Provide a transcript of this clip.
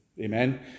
Amen